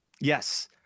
Yes